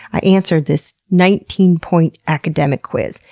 i answered this nineteen point academic quiz,